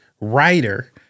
writer